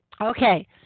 Okay